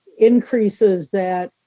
increases that